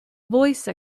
voice